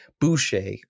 Boucher